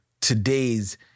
today's